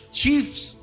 chief's